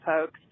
folks